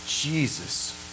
Jesus